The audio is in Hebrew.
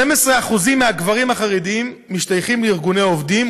12% מהגברים החרדים משתייכים לארגוני עובדים,